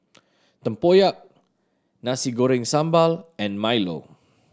tempoyak Nasi Goreng Sambal and milo